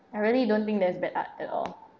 I really don't think there's bad art at all